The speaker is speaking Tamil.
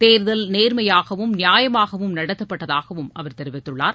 தேர்தல் நேர்மையாகவும் நியாயமாகவும் நடத்தப்பட்டதாகவும் அவர் தெரிவித்துள்ளார்